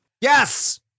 Yes